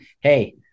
Hey